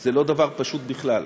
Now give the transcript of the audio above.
זה לא דבר פשוט בכלל.